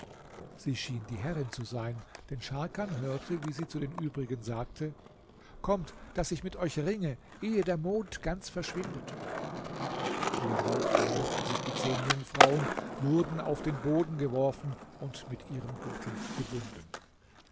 sie schien die herrin zu sein denn scharkan hörte wie sie zu den übrigen sagte kommt daß ich mit euch ringe ehe der mond ganz verschwindet hierauf näherten sich die zehn jungfrauen wurden auf den boden geworfen und mit ihrem gürtel gebunden